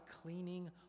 cleaning